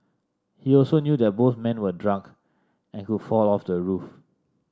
he also knew that both men were drunk and could fall off the roof